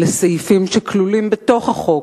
לסעיפים שכלולים בתוך החוק,